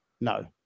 no